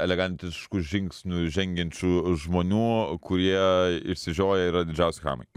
elegantiškus žingsnius žengiančių žmonių kurie išsižioję yra didžiausi chamai